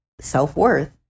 self-worth